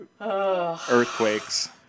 earthquakes